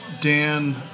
Dan